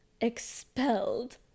expelled